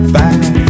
back